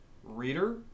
reader